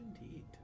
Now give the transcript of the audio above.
indeed